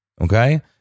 okay